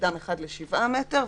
אדם אחד לשבעה מטר,